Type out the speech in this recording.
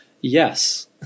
yes